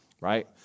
right